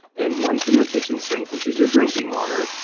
and one from your kitchen sink, which is your drinking water,